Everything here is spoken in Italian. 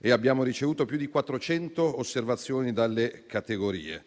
e abbiamo ricevuto più di 400 osservazioni dalle categorie.